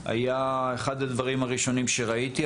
אחד הדברים הראשונים שראיתי,